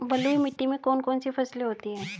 बलुई मिट्टी में कौन कौन सी फसलें होती हैं?